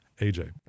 aj